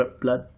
Blood